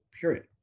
period